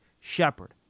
Shepard